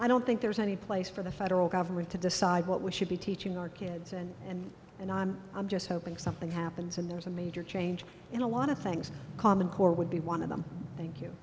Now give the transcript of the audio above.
i don't think there's any place for the federal government to decide what we should be teaching our kids and and and i'm i'm just hoping something happens and there's a major change in a lot of things common core would be one of them thank you